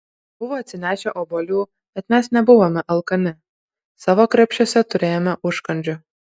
buvo atsinešę obuolių bet mes nebuvome alkani savo krepšiuose turėjome užkandžių